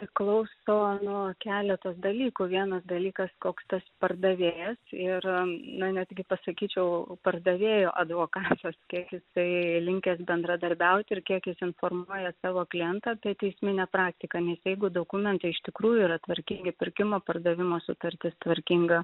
priklauso nuo keletos dalykų vienas dalykas koks tas pardavėjas ir na netgi pasakyčiau pardavėjo advokatas kiek jisai linkęs bendradarbiauti ir kiek jis informuoja savo klientą apie teisminę praktiką nes jeigu dokumentai iš tikrųjų yra tvarkingi pirkimo pardavimo sutartis tvarkinga